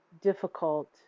difficult